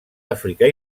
àfrica